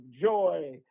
joy